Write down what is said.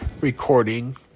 recording